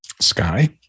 Sky